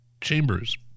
Chambers